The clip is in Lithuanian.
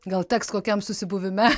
gal teks kokiam susibuvime